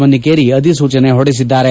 ಮನ್ನಿಕೇರಿ ಅಧಿಸೂಚನೆ ಹೊರಡಿಸಿದ್ದಾರೆ